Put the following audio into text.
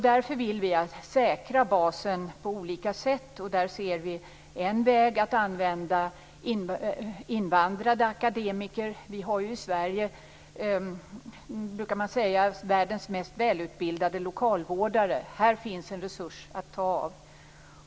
Därför vill vi på olika sätt säkra basen. Där ser vi som en väg att använda invandrade akademiker. Man brukar säga att vi i Sverige har världens mest välutbildade lokalvårdare. Här finns en resurs att ta av.